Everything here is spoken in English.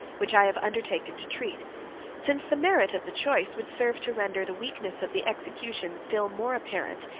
which i have undertaken to treat since the merit of the choice would serve to render the weakness of the execution still more apparent,